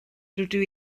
rydw